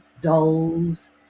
dolls